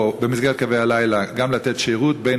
או במסגרת קווי הלילה גם לתת שירות בין